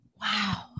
Wow